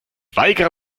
weigere